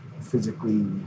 physically